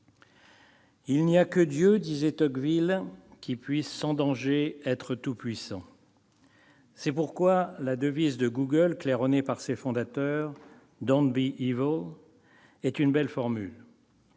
« Il n'y a que Dieu, disait Tocqueville, qui puisse sans danger être tout-puissant. » C'est pourquoi la devise de Google, claironnée par ses fondateurs- -, est une belle formule